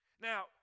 Now